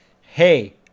hey